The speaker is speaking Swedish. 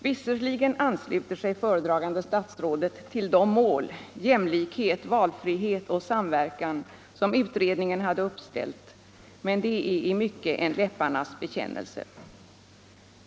Visserligen ansluter sig föredragande statsrådet till de mål — jämlikhet, valfrihet och samverkan — som utredningen hade uppställt, men det är i mycket en läpparnas bekännelse.